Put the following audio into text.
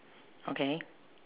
okay